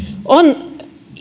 on